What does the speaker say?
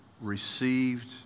received